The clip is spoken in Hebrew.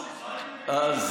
מה הקשר של המצב הביטחוני לתיירות,